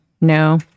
No